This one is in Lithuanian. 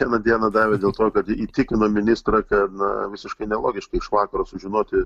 vieną dieną davė dėl to kad įtikino ministrą kad na visiškai nelogiška iš vakaro sužinoti